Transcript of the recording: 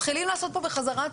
מתחילים להיעשות פה בחזרה צעדים.